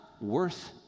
worth